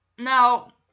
Now